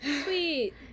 Sweet